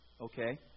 okay